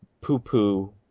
poo-poo